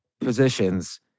positions